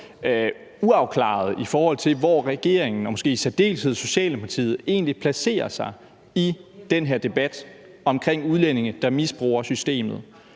uafklarede, i forhold til hvor regeringen og måske i særdeleshed Socialdemokratiet egentlig placerer sig i den her debat om udlændinge, der misbruger systemet.